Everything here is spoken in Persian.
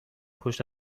پشت